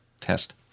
test